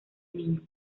niños